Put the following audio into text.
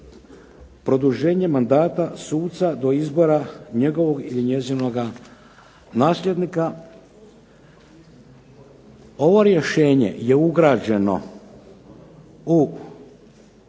produženje mandata suca do izbora njegovog ili njezinoga nasljednika." Ovo rješenje je ugrađeno u